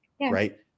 right